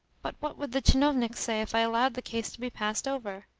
but what would the tchinovniks say if i allowed the case to be passed over?